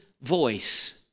voice